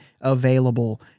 available